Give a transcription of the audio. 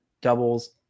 doubles